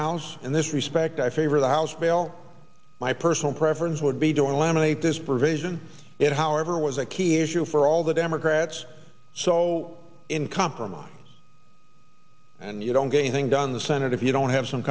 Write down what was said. house in this respect i favor the house bill my personal preference would be doing eliminate this provision it however was a key issue for all the democrats so in compromise and you don't get anything done the senate if you don't have some